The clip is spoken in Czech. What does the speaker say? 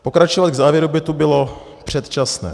Pokračovat k závěru by tu bylo předčasné.